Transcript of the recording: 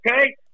Okay